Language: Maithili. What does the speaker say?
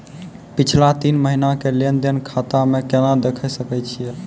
पिछला तीन महिना के लेंन देंन खाता मे केना देखे सकय छियै?